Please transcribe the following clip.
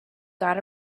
got